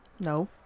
No